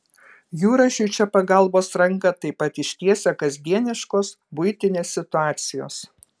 jurašiui čia pagalbos ranką taip pat ištiesia kasdieniškos buitinės situacijos